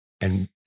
and-